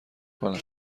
کنم